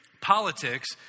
politics